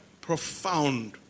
profound